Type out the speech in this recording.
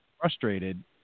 frustrated